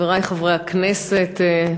חברי חברי הכנסת,